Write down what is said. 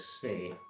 see